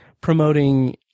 promoting